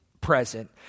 present